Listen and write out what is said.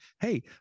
hey